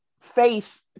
faith